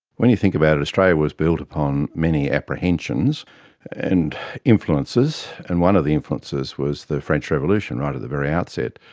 when you think about it australia was built upon many apprehensions and influences, and one of the influences was the french revolution right of the very outset.